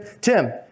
Tim